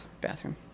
bathroom